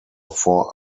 four